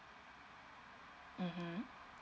(uh huh)